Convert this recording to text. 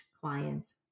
clients